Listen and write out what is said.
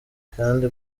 kandi